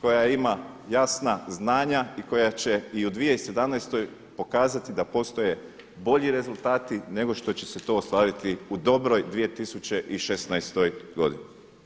koja ima jasna znanja i koja će i u 2017. pokazati da postoje bolji rezultati nešto što će se to ostvariti u dobroj 2016. godini.